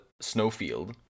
snowfield